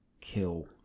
kill